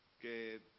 que